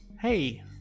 Hey